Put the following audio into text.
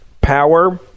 power